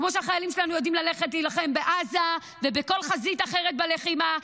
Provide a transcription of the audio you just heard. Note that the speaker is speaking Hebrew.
כמו שהחיילים שלנו יודעים ללכת להילחם בעזה ובכל חזית אחרת בלחימה,